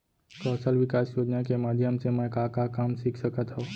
कौशल विकास योजना के माधयम से मैं का का काम सीख सकत हव?